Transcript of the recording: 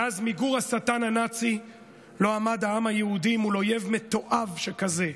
מאז מיגור השטן הנאצי לא עמד העם היהודי מול אויב מתועב שכזה,